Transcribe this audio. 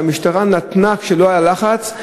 שהמשטרה נתנה כשלא היה לחץ,